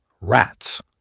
rats